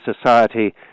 society